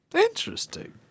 Interesting